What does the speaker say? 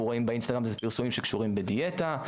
רואים באינסטגרם זה דברים שקשורים בדיאטה,